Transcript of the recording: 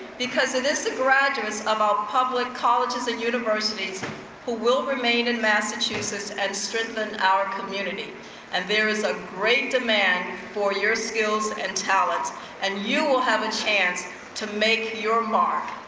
because of this the graduates of our public colleges and universities who will remain in massachusetts and strengthen our community and there is a great demand for your skills and talents and you will have a chance to make your mark.